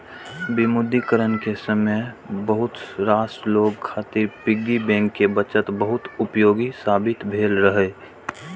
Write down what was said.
विमुद्रीकरण के समय बहुत रास लोग खातिर पिग्गी बैंक के बचत बहुत उपयोगी साबित भेल रहै